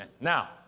Now